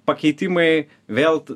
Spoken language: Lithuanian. pakeitimai vėl